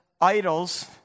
idols